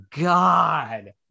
God